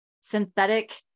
synthetic